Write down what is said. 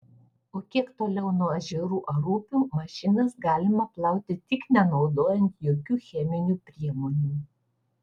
o kiek toliau nuo ežerų ar upių mašinas galima plauti tik nenaudojant jokių cheminių priemonių